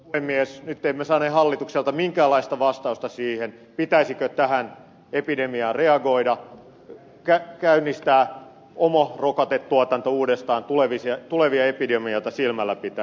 nyt emme saaneet hallitukselta minkäänlaista vastausta siihen pitäisikö tähän epidemiaan reagoida käynnistää oma rokotetuotanto uudestaan tulevia epidemioita silmälläpitäen